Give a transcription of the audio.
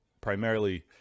Primarily